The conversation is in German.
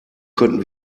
könnten